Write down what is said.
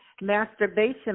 masturbation